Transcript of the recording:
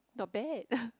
not bad